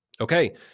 Okay